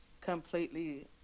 completely